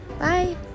Bye